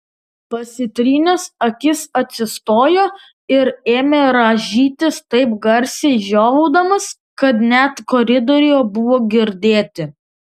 pasitrynęs akis atsistojo ir ėmė rąžytis taip garsiai žiovaudamas kad net koridoriuje buvo girdėti